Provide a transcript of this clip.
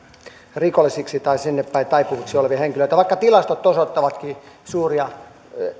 rikollisiksi tai sinnepäin taipuviksi henkilöiksi vaikka tilastot osoittavatkin suuria